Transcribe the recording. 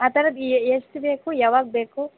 ಆ ಥರದ್ದು ಎಷ್ಟು ಬೇಕು ಯಾವಾಗ ಬೇಕು